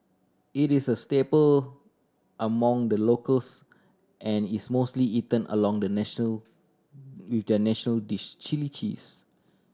it is a staple among the locals and is mostly eaten along the national with their national dish chilli cheese